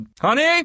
honey